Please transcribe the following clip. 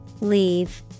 Leave